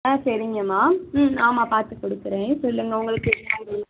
ஆ சரிங்கமா ம் ஆமாம் பார்த்து கொடுக்கிறேன் சொல்லுங்கள் உங்களுக்கு என்ன வேணும்